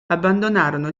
abbandonarono